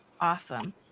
awesome